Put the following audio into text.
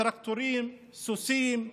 טרקטורים, סוסים,